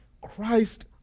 Christ